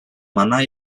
mana